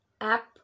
app